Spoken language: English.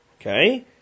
okay